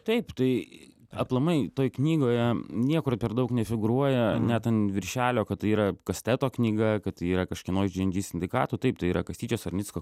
taip tai aplamai toj knygoje niekur per daug nefigūruoja net an viršelio kad tai yra kasteto knyga kad tai yra kažkieno iš džy en džy sindikato taip tai yra kastyčio sarnicko